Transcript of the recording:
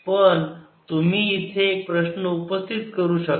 पण तुम्ही इथे एक प्रश्न उपस्थित करू शकता